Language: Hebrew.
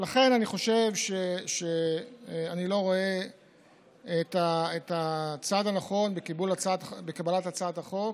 לכן אני חושב שאני לא רואה את הצד הנכון בקבלת הצעת החוק,